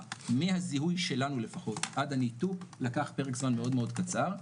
מהזיהוי שלנו לפחות עד הניתוק לקח פרק זמן מאוד מאוד קצר.